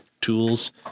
tools